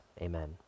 amen